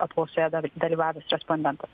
apklausoje dalyvavęs respondentas